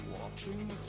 Watching